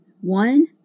One